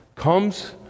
comes